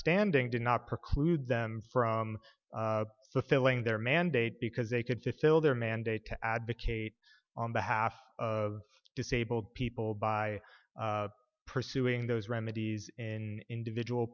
standing did not preclude them from filling their mandate because they could just fill their mandate to advocate on behalf of disabled people by pursuing those remedies in individual